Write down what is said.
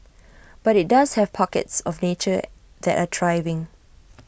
but IT does have pockets of nature that are thriving